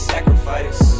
sacrifice